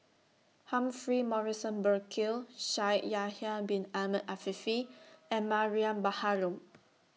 Humphrey Morrison Burkill Shaikh Yahya Bin Ahmed Afifi and Mariam Baharom